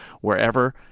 wherever